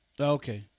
Okay